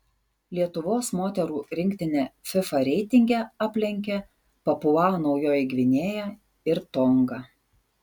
lietuvos moterų rinktinę fifa reitinge aplenkė papua naujoji gvinėja ir tonga